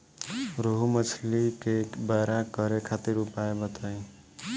रोहु मछली के बड़ा करे खातिर उपाय बताईं?